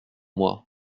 moi